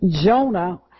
Jonah